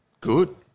good